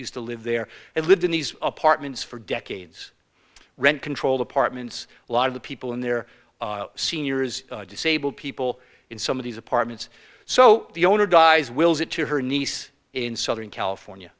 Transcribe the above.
used to live there and lived in these apartments for decades rent controlled apartments a lot of the people in their seniors disabled people in some of these apartments so the owner dies wills it to her niece in southern california